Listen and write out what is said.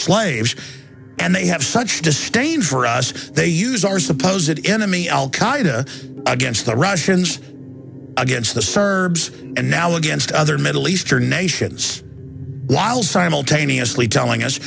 slaves and they have such disdain for us they use our supposedly enemy al qaida against the russians against the serbs and now against other middle eastern nations while simultaneously telling us